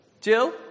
Jill